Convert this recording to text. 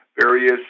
various